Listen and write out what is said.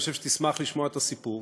אני חושב שתשמח לשמוע את הסיפור,